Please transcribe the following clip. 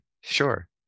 sure